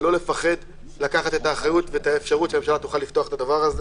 ולא לפחד לקחת את האחריות ואת האפשרות שהממשלה תוכל לפתוח את זה.